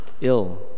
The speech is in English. ill